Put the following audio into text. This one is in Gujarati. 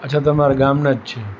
અચ્છા તમારા ગામના જ છે